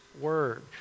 word